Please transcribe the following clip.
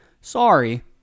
Sorry